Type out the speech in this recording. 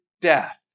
death